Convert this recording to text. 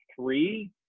three